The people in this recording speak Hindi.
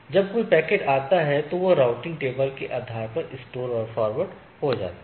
जब कोई पैकेट आता है तो वह राउटिंग टेबल के आधार पर स्टोर और फॉरवर्ड हो जाता है